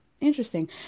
Interesting